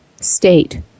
state